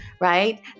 right